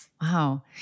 Wow